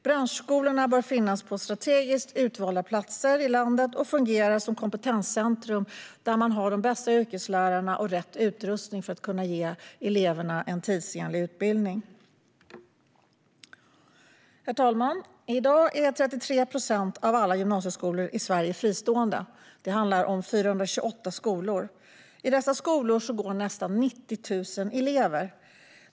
Branschskolorna bör finnas på strategiskt utvalda platser i landet och fungera som kompetenscentrum, där man har de bästa yrkeslärarna och rätt utrustning för att kunna ge eleverna en tidsenlig utbildning. Herr talman! I dag är 33 procent av alla gymnasieskolor i Sverige fristående. Det handlar om 428 skolor. I dessa skolor går nästan 90 000 elever.